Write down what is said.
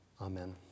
Amen